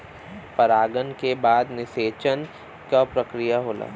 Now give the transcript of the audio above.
परागन के बाद निषेचन क प्रक्रिया होला